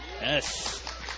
Yes